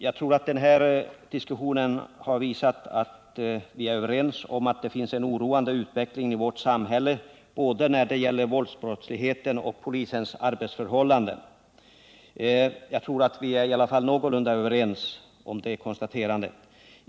Jag tror att denna diskussion har visat att vi i alla fall är någorlunda överens om att det finns en oroande utveckling i vårt samhälle, både när det gäller våldsbrottsligheten och polisens arbetsförhållanden.